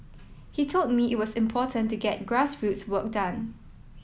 he told me it was important to get grassroots work done